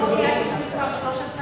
הוא הודיע "תיקון מס' 13",